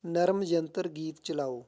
ਨਰਮ ਯੰਤਰ ਗੀਤ ਚਲਾਓ